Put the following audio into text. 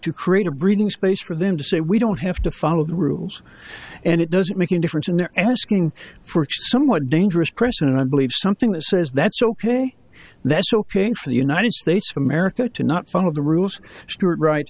to create a breathing space for them to say we don't have to follow the rules and it doesn't make any difference and they're asking for a somewhat dangerous precedent i believe something that says that's ok that's ok thanks for the united states of america to not follow the rules